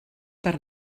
per